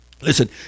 Listen